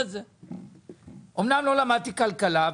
אמנם לא למדתי כלכלה,